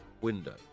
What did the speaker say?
window